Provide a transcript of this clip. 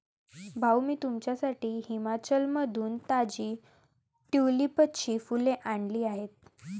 भाऊ, मी तुझ्यासाठी हिमाचलमधून ताजी ट्यूलिपची फुले आणली आहेत